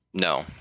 No